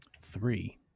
Three